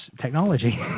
technology